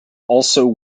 also